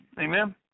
amen